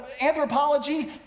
anthropology